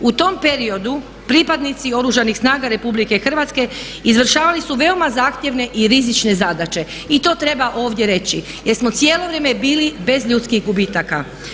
U tom periodu pripadnici Oružanih snaga RH izvršavali su veoma zahtjevne i rizične zadaće i to treba ovdje reći jer smo cijelo vrijeme bili bez ljudskih gubitaka.